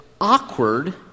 awkward